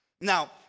Now